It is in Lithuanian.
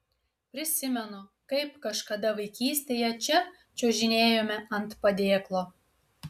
prisimenu kaip kažkada vaikystėje čia čiuožinėjome ant padėklo